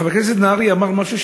חבר הכנסת נהרי אמר משהו,